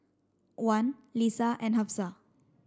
Wan Lisa and Hafsa